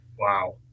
Wow